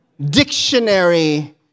Dictionary